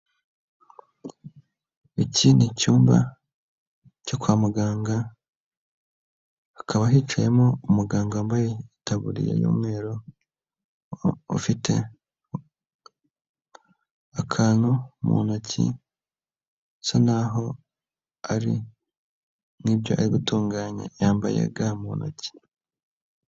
Iki ni cyumba cyo kwa muganga, hakaba hicayemo umuganga wambayetaburiya y'umweru ufite akantu mu ntoki, bisa n'aho ari nk'ibyo ari gutunganya, yambaye ga mu ntoki.